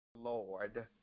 Lord